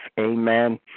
Amen